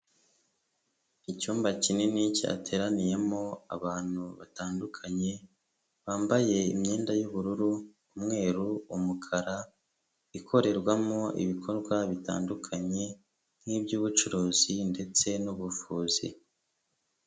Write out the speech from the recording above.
Icyumba kinini cyateraniyemo abantu batandukanye, bambaye imyenda y'ubururu, umweru, umukara ikorerwamo ibikorwa bitandukanye nk'iby'ubucuruzi ndetse n'ubuvuzi.